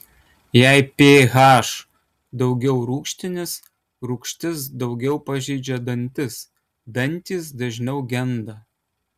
jei ph daugiau rūgštinis rūgštis daugiau pažeidžia dantis dantys dažniau genda